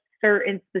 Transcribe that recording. certain